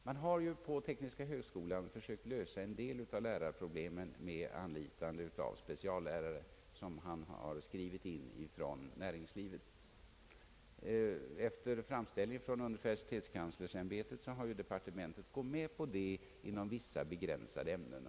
Man har vid tekniska högskolan för sökt att lösa en del av lärarproblemet genom anlitande av speciallärare, som har skrivits in från näringslivet. Efter framställning av universitetskanslersämbetet har departementet gått med på ett sådant arrangemang inom vissa begränsade ämnen.